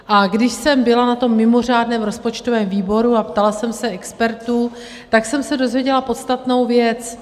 A když jsem byla na tom mimořádném rozpočtovém výboru a ptala jsem se expertů, tak jsem se dozvěděla podstatnou věc.